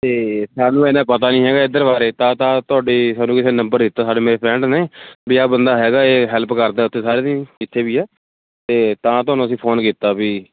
ਅਤੇ ਸਾਨੂੰ ਇੰਨਾ ਪਤਾ ਨਹੀਂ ਹੈਗਾ ਇੱਧਰ ਬਾਰੇ ਤਾਂ ਤਾਂ ਤੁਹਾਡੇ ਸਾਨੂੰ ਕਿਸੇ ਨੇ ਨੰਬਰ ਦਿੱਤਾ ਸਾਡੇ ਮੇਰੇ ਫ੍ਰੈਂਡ ਨੇ ਵੀ ਆਹ ਬੰਦਾ ਹੈਗਾ ਏ ਹੈਲਪ ਕਰਦਾ ਸਾਰਿਆਂ ਦੀ ਜਿੱਥੇ ਵੀ ਆ ਅਤੇ ਤਾਂ ਤੁਹਾਨੂੰ ਅਸੀਂ ਫ਼ੋਨ ਕੀਤਾ ਵੀ